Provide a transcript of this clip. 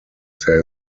there